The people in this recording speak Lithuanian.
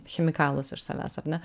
chemikalus iš savęs ar ne